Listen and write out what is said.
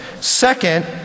Second